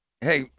Hey